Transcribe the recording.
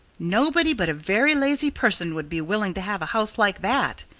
nobody but a very lazy person would be willing to have a house like that,